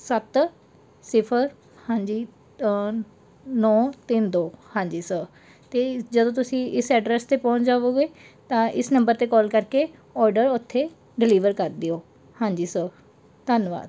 ਸੱਤ ਸਿਫਰ ਹਾਂਜੀ ਨੌ ਤਿੰਨ ਦੋ ਹਾਂਜੀ ਸਰ ਅਤੇ ਜਦੋਂ ਤੁਸੀਂ ਇਸ ਐਡਰੈਸ 'ਤੇ ਪਹੁੰਚ ਜਾਵੋਗੇ ਤਾਂ ਇਸ ਨੰਬਰ 'ਤੇ ਕੌਲ ਕਰਕੇ ਔਰਡਰ ਉੱਥੇ ਡਿਲੀਵਰ ਕਰ ਦਿਓ ਹਾਂਜੀ ਧੰਨਵਾਦ